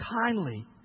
kindly